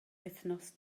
wythnos